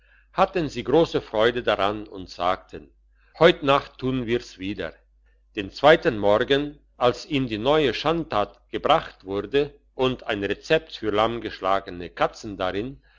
hatten sie grosse freude daran und sagten heut nacht tun wir's wieder den zweiten morgen als ihm die neue schandtat gebracht wurde und ein rezept für lahmgeschlagene katzen darin